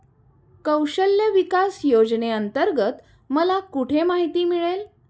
कौशल्य विकास योजनेअंतर्गत मला कुठे माहिती मिळेल?